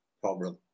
problem